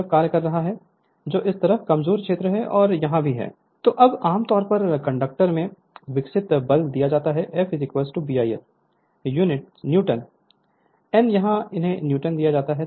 Refer Slide Time 3026 तो अब आम तौर पर कंडक्टर में विकसित बल दिया जाता है F BI l न्यूटनN यहां इसे न्यूटन दिया जाता है